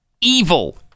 evil